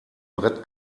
brett